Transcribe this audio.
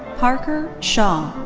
parker shaw.